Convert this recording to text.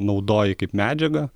naudoji kaip medžiagą